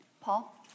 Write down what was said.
Paul